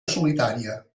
solitària